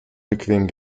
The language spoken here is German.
bequem